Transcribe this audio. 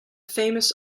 famous